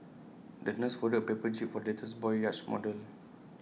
the nurse folded A paper jib for the little boy's yacht model